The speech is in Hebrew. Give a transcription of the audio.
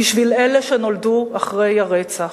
בשביל אלה שנולדו אחרי הרצח,